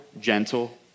gentle